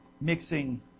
mixing